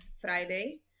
Friday